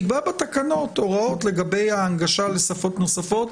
נקבע בתקנות הוראות לגבי ההנגשה לשפות נוספות.